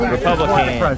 Republican